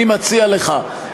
אני מציע לך,